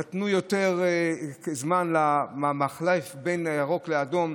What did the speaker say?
נתנו יותר זמן למחלף בין הירוק לאדום,